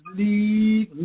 lead